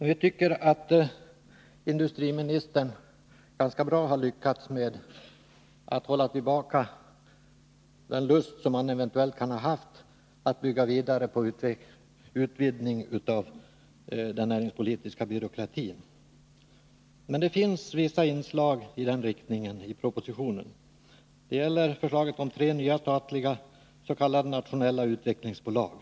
Jag tycker att industriministern har lyckats ganska bra med att hålla tillbaka den lust som man eventuellt kan ha haft att bygga vidare på utvidgningen av den näringspolitiska byråkratin. Men det finns vissa inslag med den inriktningen i propositionen. Det gäller förslaget om tre nya statliga s.k. nationella utvecklingsbolag.